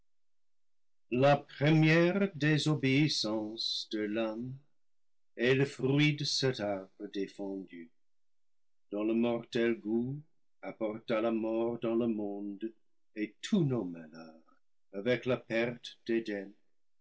la première désobéissance de l'homme et le fruit de cet arbre défendu dont le mortel goût apporta la mort dans le monde et tous nos malheurs avec la perte